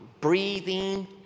breathing